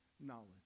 knowledge